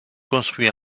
construit